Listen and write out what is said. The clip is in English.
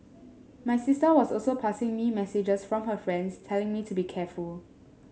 my sister was also passing me messages from her friends telling me to be careful